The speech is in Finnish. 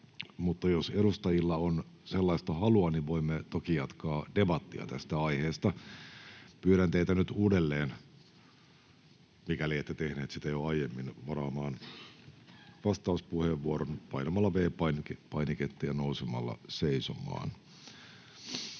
jos edustajilla on sellaista halua, niin voimme toki jatkaa debattia tästä aiheesta. Pyydän teitä nyt uudelleen, mikäli ette tehneet sitä jo aiemmin, varaamaan vastauspuheenvuoron painamalla V-painiketta ja nousemalla seisomaan.